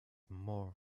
more